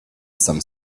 some